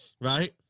Right